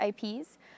IPs